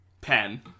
Pen